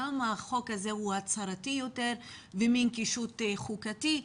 כמה החוק הזה הוא הצהרתי יותר ומן קישוט חוקתי,